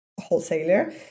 wholesaler